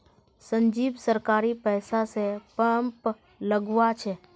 संजीव सरकारी पैसा स पंप लगवा छ